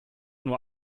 nur